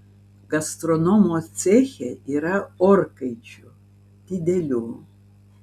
gastronomo ceche yra orkaičių didelių